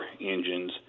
engines